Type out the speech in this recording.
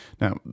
Now